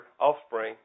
offspring